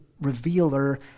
revealer